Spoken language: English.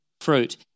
fruit